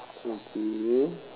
okay